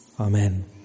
Amen